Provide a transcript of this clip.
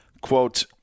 Quote